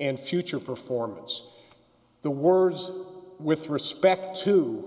and future performance the words with respect to